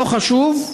לא חשוב,